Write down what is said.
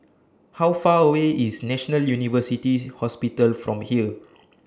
How Far away IS National University Hospital from here